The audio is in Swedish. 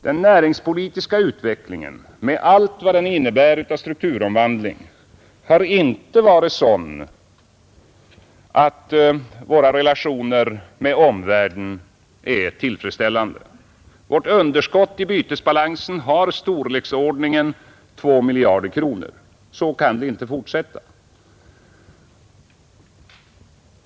Den näringspolitiska utvecklingen, med allt vad den innebär av strukturomvandling, har inte varit sådan att våra relationer med omvärlden är tillfredsställande. Vårt underskott i bytesbalansen har storleksordningen 2 miljarder kronor. Så kan det inte fortsätta.